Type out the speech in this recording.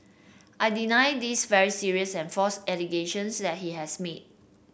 I deny this very serious and false allegations that he has made